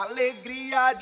Alegria